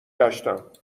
گشتم